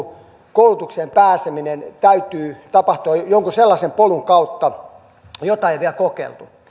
koulutukseen pääsemisensä täytyy tapahtua jonkin sellaisen polun kautta jota ei ole vielä kokeiltu